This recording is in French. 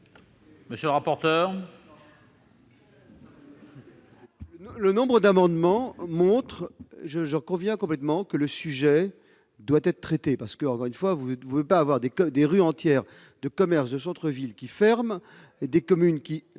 Monsieur le rapporteur